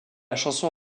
chanson